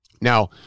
Now